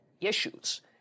issues